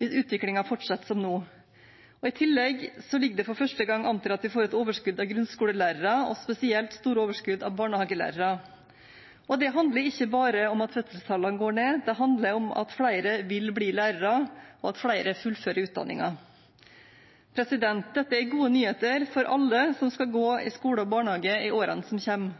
hvis utviklingen fortsetter som nå. I tillegg ligger det for første gang an til at vi får et overskudd av grunnskolelærere og et spesielt stort overskudd av barnehagelærere. Det handler ikke bare om at fødselstallene går ned. Det handler om at flere vil bli lærere, og at flere fullfører utdanningen. Dette er gode nyheter for alle som skal gå i skole og barnehage i årene som kommer.